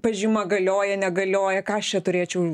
pažyma galioja negalioja ką aš čia turėčiau